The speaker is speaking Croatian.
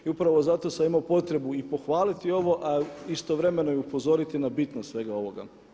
I upravo zato sam imao potrebu i pohvaliti ovo, a istovremeno i upozoriti na bitnost svega ovoga.